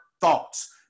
thoughts